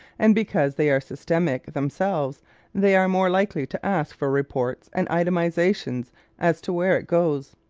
and because they are systematic themselves they are more likely to ask for reports and itemizations as to where it goes.